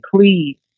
please